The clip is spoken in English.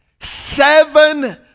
seven